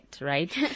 right